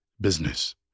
business